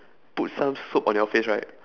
put some soap on your face right